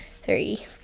three